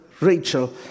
Rachel